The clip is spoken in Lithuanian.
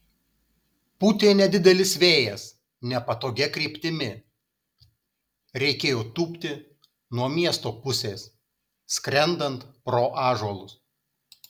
pūtė nedidelis vėjas nepatogia kryptimi reikėjo tūpti nuo miesto pusės skrendant pro ąžuolus